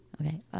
Okay